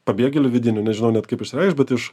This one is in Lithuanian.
pabėgėlių vidinių nežinau net kaip išsireikšt bet iš